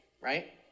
right